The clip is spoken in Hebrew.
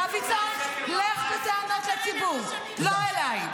דוידסון, לך בטענות לציבור, לא אליי.